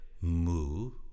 move